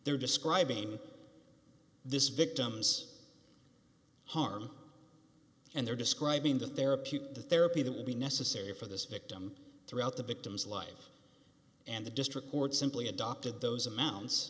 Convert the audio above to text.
they're describing this victim's harm and they're describing the therapy the therapy that will be necessary for this victim throughout the victim's life and the district court simply adopted those amounts